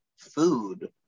Food